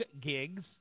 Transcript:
gigs